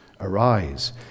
Arise